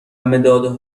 مداد